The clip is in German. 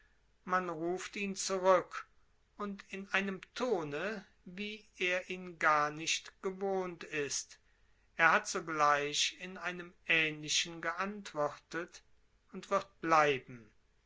man ruft ihn zurück und in einem tone wie er ihn gar nicht gewohnt ist er hat sogleich in einem ähnlichen geantwortet und wird bleiben